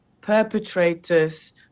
perpetrators